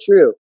true